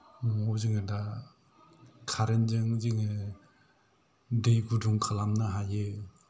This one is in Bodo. न'आव जोङो दा कारेन्त जों जोङो दै गुदुं खालामनो हायो